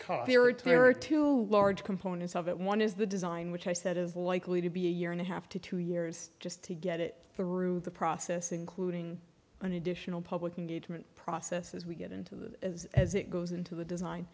are two large components of it one is the design which i said is likely to be a year and a half to two years just to get it through the process including an additional public engagement process as we get into the as it goes into the design